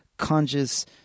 conscious